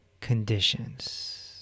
conditions